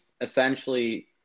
essentially